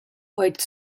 white